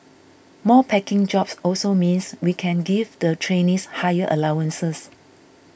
more packing jobs also means we can give the trainees higher allowances